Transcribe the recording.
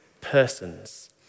persons